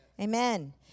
Amen